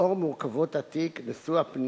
בנוגע לשאלות מס' 1